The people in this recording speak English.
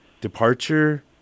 departure